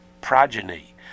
progeny